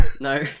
no